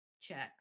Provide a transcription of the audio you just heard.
Checks